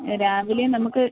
രാവിലെ നമുക്ക്